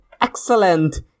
excellent